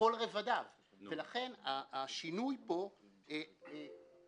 ראש ההוצאה לפועל מאשר את זה,